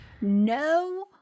no